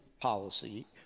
policy